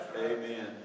Amen